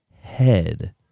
head